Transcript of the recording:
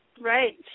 Right